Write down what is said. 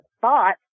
thought